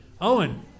Owen